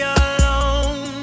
alone